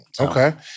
Okay